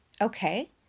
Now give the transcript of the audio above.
okay